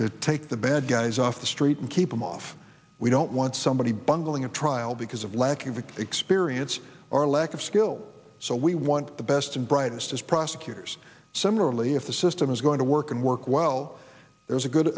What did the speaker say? to take the bad guys off the street and keep them off we don't want somebody bungling a trial because of lack of experience or lack of skill so we want the best and brightest as prosecutors similarly if the system is going to work and work well there's a good